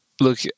look